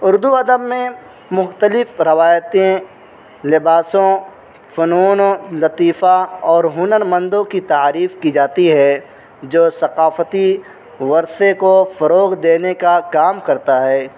اردو ادب میں مختلف روایتیں لباسوں فنون و لطیفہ اور ہنرمندوں کی تعریف کی جاتی ہے جو ثقافتی ورثے کو فروغ دینے کا کام کرتا ہے